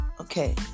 Okay